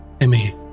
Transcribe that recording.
Emmy